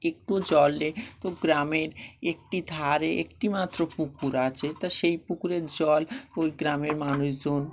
একটু জলে তো গ্রামের একটি ধারে একটি মাত্র পুকুর আছে তা সেই পুকুরের জল ওই গ্রামের মানুষজন